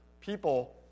people